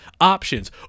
options